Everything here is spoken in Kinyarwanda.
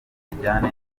tujyane